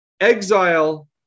Exile